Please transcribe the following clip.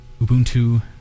Ubuntu